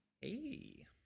Hey